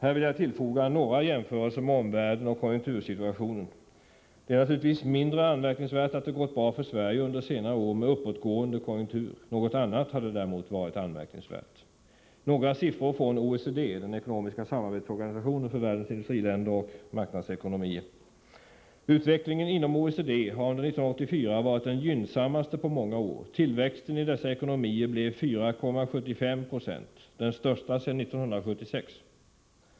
Här vill jag tillfoga några jämförelser med omvärlden och konjunktursituationen. Det är naturligtvis mindre anmärkningsvärt att det gått bra för Sverige under senare år med uppåtgående konjunktur. Något annat hade däremot varit anmärkningsvärt. Låt mig nämna några siffror från OECD, den ekonomiska samarbetsorganisationen för världens industriländer och marknadsekonomier. Utvecklingen inom OECD har under 1984 varit den gynnsammaste på många år. Tillväxten i dessa ekonomier blev 4,75 96, den största sedan 1976.